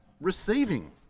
receiving